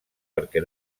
perquè